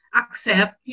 accept